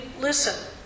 listen